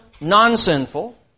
non-sinful